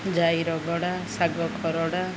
ଜାଇରଗଡ଼ା ଶାଗ ଖରଡ଼ା